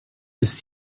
ist